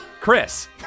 Chris